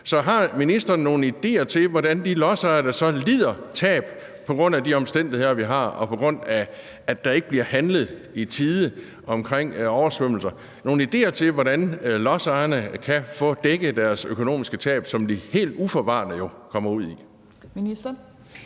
Så har ministeren nogle idéer til, hvordan de lodsejere, der så lider tab på grund af de omstændigheder, vi har, og fordi der ikke bliver handlet i tide i forhold til oversvømmelser, kan få dækket deres økonomiske tab, som de helt uforvarende kommer ud i?